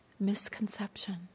Misconception